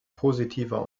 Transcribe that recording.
positiver